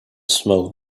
smoke